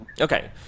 Okay